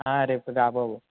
ఆ రేపు రా బాబు